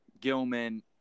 Gilman